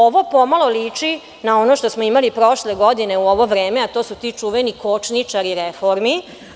Ovo pomalo liči na ono što smo imali prošle godine u ovo vreme, a to su ti čuveni kočničari reformi.